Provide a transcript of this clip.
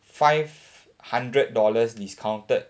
five hundred dollars discounted